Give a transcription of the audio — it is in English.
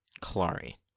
Clary